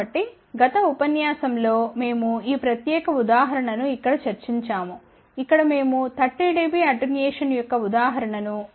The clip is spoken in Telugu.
కాబట్టి గత ఉపన్యాసం లో మేము ఈ ప్రత్యేక ఉదాహరణ ను ఇక్కడ చర్చించాము ఇక్కడ మేము 30 dB అటెన్యుయేషన్ యొక్క ఉదాహరణ ను c 1